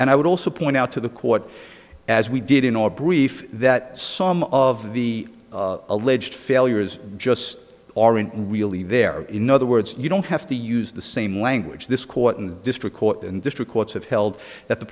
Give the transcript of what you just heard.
and i would also point out to the court as we did in all brief that some of the alleged failures just aren't really there in other words you don't have to use the same language this court and the district court and district courts have held that the